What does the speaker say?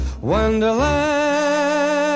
wonderland